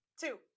Two